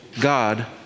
God